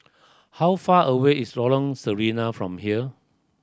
how far away is Lorong Sarina from here